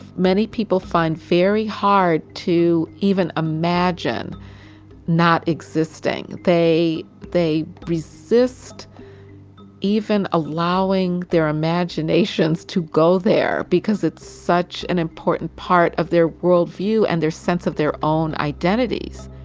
many people, find very hard to even imagine not existing. they they resist even allowing their imaginations to go there because it's such an important part of their worldview and their sense of their own identities.